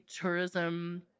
tourism